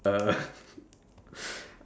(uh